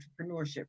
entrepreneurship